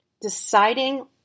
deciding